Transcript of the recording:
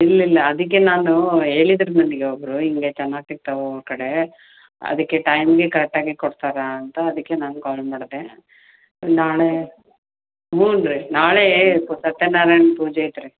ಇಲ್ಲ ಇಲ್ಲ ಅದಕ್ಕೆ ನಾನು ಹೇಳಿದ್ರ್ ನನಗೆ ಒಬ್ಬರು ಹೀಗೆ ಚೆನ್ನಾಗಿ ಸಿಕ್ತವೆ ಹೂ ಅವ್ರ ಕಡೆ ಅದಕ್ಕೆ ಟೈಮ್ಗೆ ಕರೆಕ್ಟಾಗಿ ಕೊಡ್ತಾರೆ ಅಂತ ಅದಕ್ಕೆ ನಾನ್ ಕಾಲ್ ಮಾಡಿದೆ ನಾಳೆ ಹ್ಞೂ ರೀ ನಾಳೆ ಸತ್ಯನಾರಾಯಣ ಪೂಜೆ ಐತೆ ರೀ